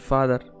Father